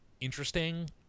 interesting